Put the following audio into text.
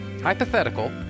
hypothetical